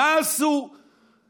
מה עשה נתניהו,